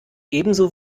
ebenso